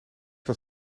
dat